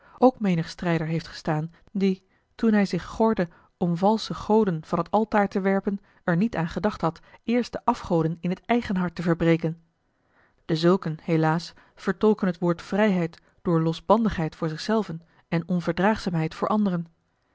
ook menig strijder heeft gestaan die toen hij zich gordde om valsche goden van het altaar te werpen er niet aan gedacht had eerst de afgoden in het eigen hart te verbreken dezulken helaas vertolken het woord vrijheid door losbandigheid voor zich zelven en onverdraagzaamheid voor anderen